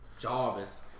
Jarvis